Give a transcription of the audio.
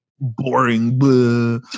boring